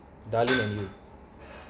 darleen and